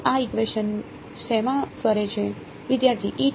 તો આ ઇકવેશન શેમાં ફરે છે